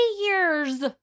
years